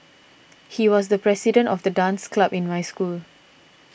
he was the president of the dance club in my school